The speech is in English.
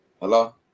Hello